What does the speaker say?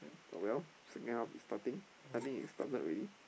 but well second half is starting I think it started already